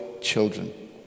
children